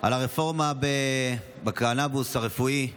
על הרפורמה בקנביס הרפואי,